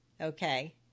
Okay